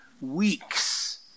weeks